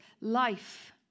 life